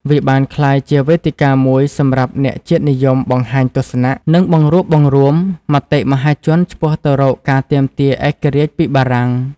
វាបានក្លាយជាវេទិកាមួយសម្រាប់អ្នកជាតិនិយមបង្ហាញទស្សនៈ និងបង្រួបបង្រួមមតិមហាជនឆ្ពោះទៅរកការទាមទារឯករាជ្យពីបារាំង។